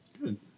Good